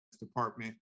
department